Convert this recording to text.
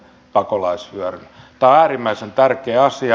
tämä on äärimmäisen tärkeä asia